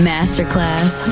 Masterclass